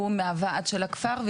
הוא מהוועד של הכפר,